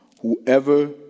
whoever